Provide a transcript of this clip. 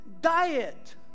diet